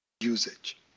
usage